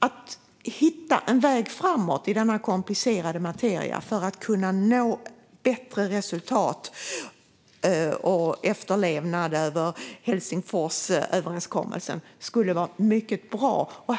Att hitta en väg framåt i denna komplicerade materia för att nå bättre resultat och efterlevnad av Helsingforsöverenskommelsen skulle vara bra.